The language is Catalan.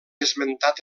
esmentat